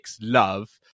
love